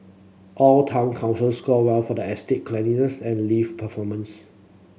all town councils scored well for the estate cleanliness and lift performance